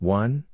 one